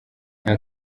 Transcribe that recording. nta